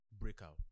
breakout